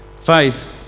Faith